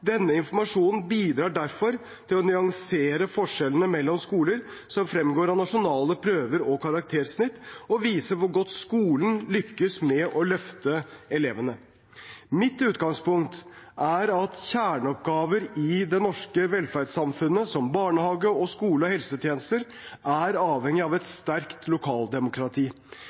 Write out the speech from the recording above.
Denne informasjonen bidrar derfor til å nyansere forskjellene mellom skoler som fremgår av nasjonale prøver og karaktersnitt, og viser hvor godt skolen lykkes med å løfte elevene. Mitt utgangspunkt er at kjerneoppgaver i det norske velferdssamfunnet, som barnehage, skole og helsetjenester, er avhengige av et sterkt lokaldemokrati.